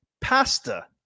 pasta